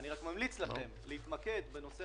אני חושב ששם צריך להתמקד.